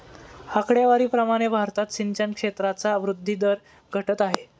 आकडेवारी प्रमाणे भारतात सिंचन क्षेत्राचा वृद्धी दर घटत आहे